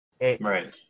Right